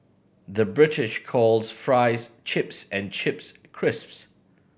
the British calls fries chips and chips crisps